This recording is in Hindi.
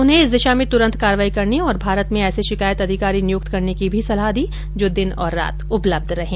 उन्हें इस दिशा में तुरंत कार्रवाई करने और भारत में ऐसे शिकायत अधिकारी नियुक्त करने की भी सलाह दी जो दिन और रात उपलब्ध रहें